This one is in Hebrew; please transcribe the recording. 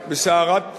בסערת הרגשות,